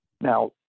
Now